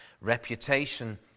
reputation